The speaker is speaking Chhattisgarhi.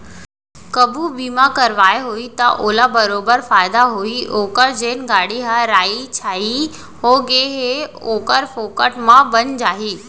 कभू बीमा करवाए होही त ओला बरोबर फायदा होही ओकर जेन गाड़ी ह राइ छाई हो गए हे ओहर फोकट म बन जाही